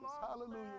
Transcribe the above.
Hallelujah